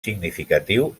significatiu